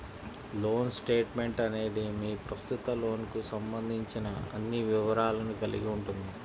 loan statement అనేది మీ ప్రస్తుత లోన్కు సంబంధించిన అన్ని వివరాలను కలిగి ఉంటుంది